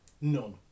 none